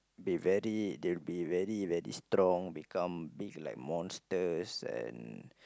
they very they be very very strong become big like monsters and